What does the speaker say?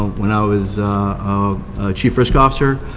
when i was a chief risk officer,